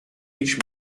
each